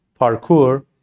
parkour